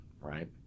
Right